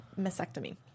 mastectomy